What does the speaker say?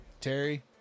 Terry